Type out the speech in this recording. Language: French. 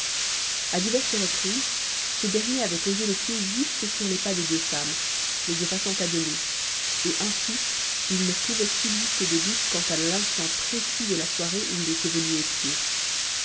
à diverses reprises ce dernier avait posé le pied juste sur les pas des deux femmes les effaçant à demi et ainsi il ne pouvait subsister de doutes quant à l'instant précis de la soirée où il était venu épier